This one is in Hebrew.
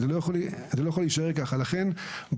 יאיר הירש מנכ"ל משרד הפנים דלית זילבר מנכ"לית מינהל התכנון תומר